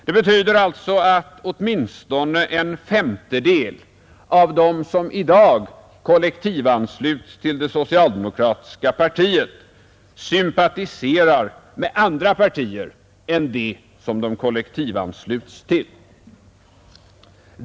Det betyder alltså att åtminstone en femtedel av dem som i dag kollektivansluts till det socialdemokratiska partiet sympatiserar med andra partier än det som de kollektivansluts till.